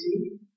see